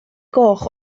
goch